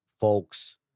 Folks